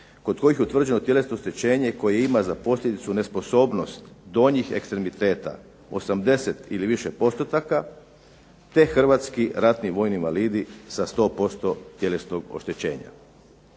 kod kojih je utvrđeno tjelesno oštećenje koje ima za posljedicu nesposobnost donjih ekstremiteta 80 ili više postotaka te Hrvatski ratni vojni invalidi sa 100% tjelesnog oštećenja.